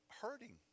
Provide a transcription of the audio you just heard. hurting